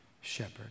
shepherd